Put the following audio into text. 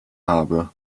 habe